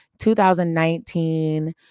2019